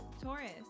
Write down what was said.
Taurus